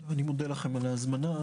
אני מודה לכם על ההזמנה.